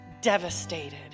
devastated